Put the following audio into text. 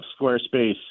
Squarespace